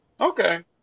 Okay